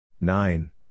Nine